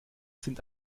sind